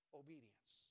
obedience